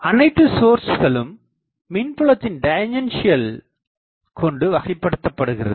அனைத்து சோர்ஸ்களும் மின்புலத்தின் டேஞ்சண்ட் கொண்டு வகைப்படுத்தப்படுகிறது